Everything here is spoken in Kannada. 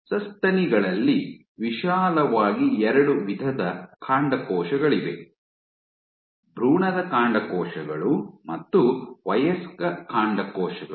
ಸಸ್ತನಿಗಳಲ್ಲಿ ವಿಶಾಲವಾಗಿ ಎರಡು ವಿಧದ ಕಾಂಡಕೋಶಗಳಿವೆ ಭ್ರೂಣದ ಕಾಂಡಕೋಶಗಳು ಮತ್ತು ವಯಸ್ಕ ಕಾಂಡಕೋಶಗಳು